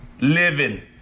living